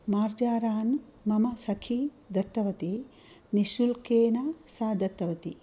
मार्जारान् मम सखी दत्तवती निःशुल्केन सा दत्तवती